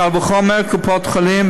קל וחומר קופות חולים,